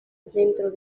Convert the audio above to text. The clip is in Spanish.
dentro